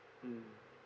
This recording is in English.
mmhmm